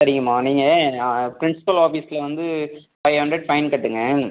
சரிங்கம்மா நீங்கள் ப்ரின்ஸ்பல் ஆஃபிஸ்சில் வந்து ஃபைவ் ஹண்ட்ரட் ஃபைன் கட்டுங்க